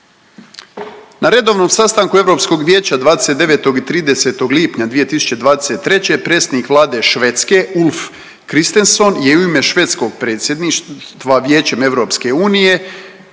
Na redovnog sastanku Europskog vijeća 29. i 30. lipnja 2023. predsjednik Vlade Švedske Ulf Kristersson je u ime švedskog predsjedništva vijećem Europske unije,